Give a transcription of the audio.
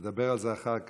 נדבר על זה אחר כך.